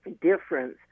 difference